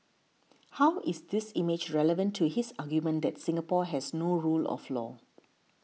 how is this image relevant to his argument that Singapore has no rule of law